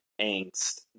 angst